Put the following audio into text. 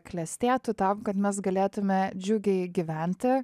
klestėtų tam kad mes galėtume džiugiai gyventi